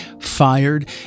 fired